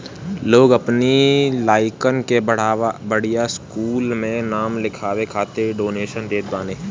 लोग अपनी लइकन के बढ़िया स्कूल में नाम लिखवाए खातिर डोनेशन देत बाने